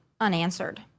unanswered